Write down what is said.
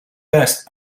best